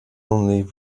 only